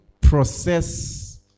process